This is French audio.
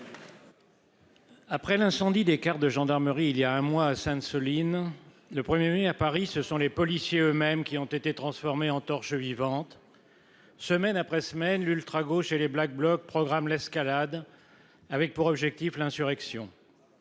Après l'incendie d'écart de gendarmerie il y a un mois à Sainte-, Soline le 1er mai à Paris, ce sont les policiers eux-mêmes qui ont été transformée en torche vivante. Semaine après semaine, l'ultra gauche et les Black blocs programme l'escalade. Avec pour objectif l'insurrection.